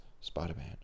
Spider-Man